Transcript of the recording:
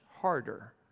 harder